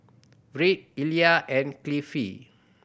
Wirt Illya and Cliffie